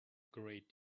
great